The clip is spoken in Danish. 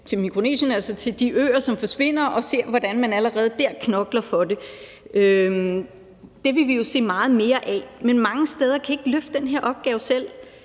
til Mikronesien, de øer, som forsvinder, for at se, hvordan man allerede der knokler for det. Det vil vi jo se meget mere af. Men mange steder kan man ikke løfte den her opgave selv,